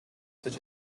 such